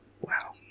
Wow